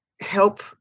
help